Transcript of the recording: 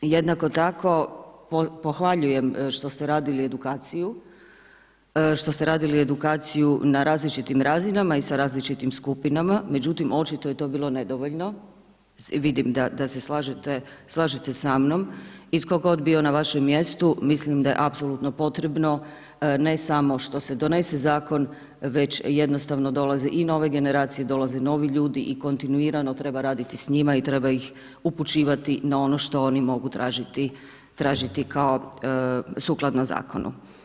Jednako tako, pohvaljujem što ste radili edukaciju, što ste radili edukaciju na različitim razinama i sa različitim skupinama međutim očito je to bilo nedovoljno, vidim da se slažete sa mnom i tko god bio na vašem mjestu, mislim da je apsolutno potrebno ne samo što se donese zakon već jednostavno dolaze i nove generacije, dolaze i novi ljudi i kontinuirano treba raditi s njima i treba ih upućivati na ono što oni mogu tražiti kao sukladno zakonu.